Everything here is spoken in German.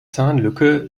zahnlücke